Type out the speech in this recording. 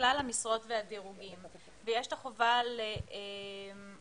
בכלל המשרות והדירוגים ויש את החובה לתת